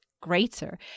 greater